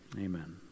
Amen